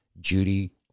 Judy